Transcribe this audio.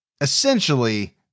essentially